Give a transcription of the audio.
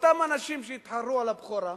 אותם אנשים שהתחרו על הבכורה,